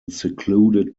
secluded